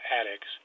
addicts